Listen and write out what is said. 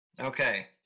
Okay